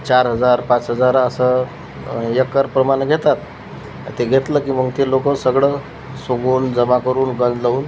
चार हजार पाच हजार असं येकरप्रमाणं घेतात आणि ते घेतलं की मग ते लोक सगळं सोगोन जमा करून गंज लावून